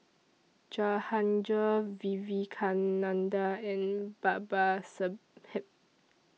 Jahangir Vivekananda and Babasaheb